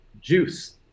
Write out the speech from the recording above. juice